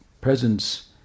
presence